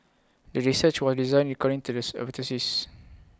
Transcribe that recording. the research was designed according to the